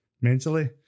mentally